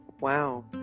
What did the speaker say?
Wow